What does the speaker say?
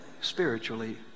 spiritually